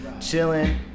chilling